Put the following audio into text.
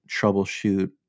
troubleshoot